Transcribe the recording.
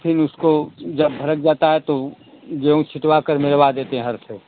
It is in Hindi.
फिर उसको जब भरक जाता है तो गेहूं छिटवा कर मेरवा देते हैं हल से